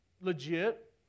legit